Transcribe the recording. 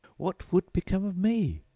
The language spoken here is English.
what would become of me?